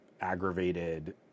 aggravated